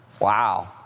Wow